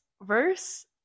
verse